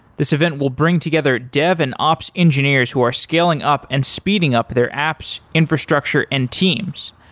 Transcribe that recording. this event will bring together dev and ops engineers who are scaling up and speeding up their apps, infrastructure and teams.